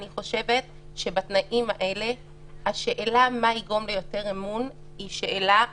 אני חושבת שבתנאים האלה השאלה מה יגרום ליותר אמון היא שאלה מרכזית.